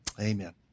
Amen